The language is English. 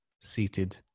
seated